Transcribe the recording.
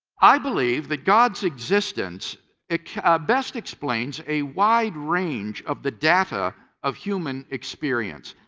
i believe that god's existence best explains a wide range of the data of human experience.